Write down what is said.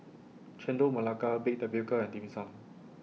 Chendol Melaka Baked Tapioca and Dim Sum